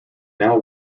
now